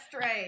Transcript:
right